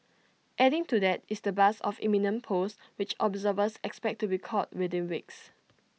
adding to that is the buzz of imminent polls which observers expect to be called within weeks